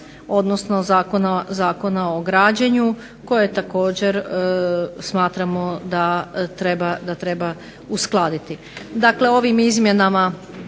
odnosno Zakona o građenju koje također smatramo da treba uskladiti. Dakle, ovim izmjenama